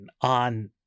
on